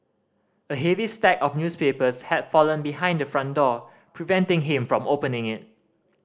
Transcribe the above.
a heavy stack of newspapers had fallen behind the front door preventing him from opening it